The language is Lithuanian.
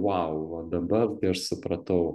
vau va dabar tai aš supratau